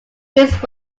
his